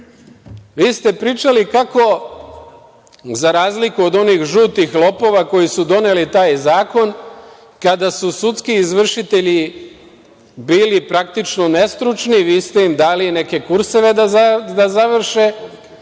ste pričali kako, za razliku od onih žutih lopova, koji su doneli taj zakon, kada su sudski izvršitelji bili praktično nestručni, vi ste im dali neke kurseve da završe,